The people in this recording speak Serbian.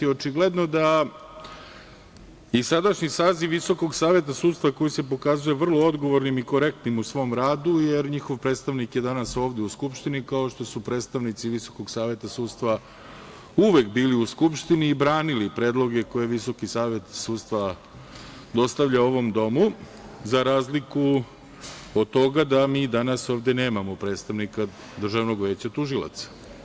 Očigledno da i sadašnji saziv VSS koji se pokazao vrlo odgovornim i korektnim u svom radu, jer njihov predstavnik je danas ovde u Skupštini, kao što su predstavnici VSS uvek bili u Skupštini i branili predloge koje je Visoki savet sudstva dostavljao ovom Domu, za razliku od toga da mi danas ovde nemamo predstavnika Državnog veća tužilaca.